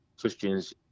Christians